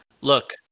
Look